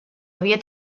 havia